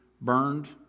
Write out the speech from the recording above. burned